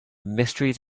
mysteries